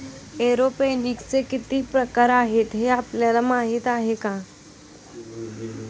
एरोपोनिक्सचे किती प्रकार आहेत, हे आपल्याला माहित आहे का?